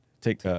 Take